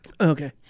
Okay